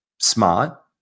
Smart